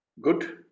Good